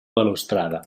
balustrada